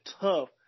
tough